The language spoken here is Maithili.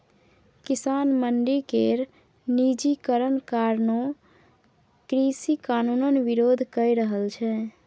किसान मंडी केर निजीकरण कारणें कृषि कानुनक बिरोध कए रहल छै